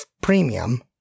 premium